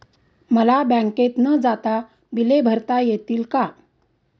मला बँकेत न जाता बिले भरता येतील का?